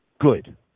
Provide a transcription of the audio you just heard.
Good